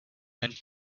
and